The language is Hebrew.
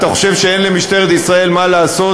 אתה חושב שאין למשטרת ישראל מה לעשות,